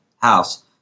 house